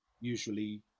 usually